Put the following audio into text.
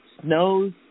snows